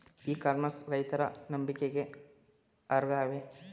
E commerce ರೈತರ ನಂಬಿಕೆಗೆ ಅರ್ಹವೇ?